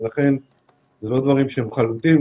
לכן אלה לא דברים חלוטים.